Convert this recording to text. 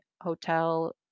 hotel